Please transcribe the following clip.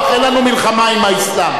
אין לנו מלחמה עם האסלאם.